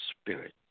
Spirit